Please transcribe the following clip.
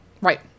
Right